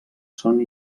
són